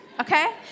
Okay